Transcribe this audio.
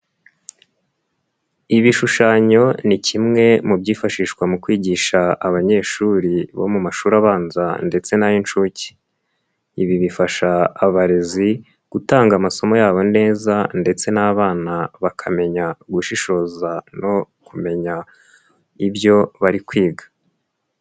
Ibishushanyo ni kimwe mu byifashishwa mu kwigisha abanyeshuri bo mu mashuri abanza ndetse n'ay'inshuke. Ibi bifasha abarezi gutanga amasomo yabo neza ndetse n'abana bakamenya gushishoza no kumenya ibyo bari kwiga.